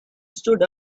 stood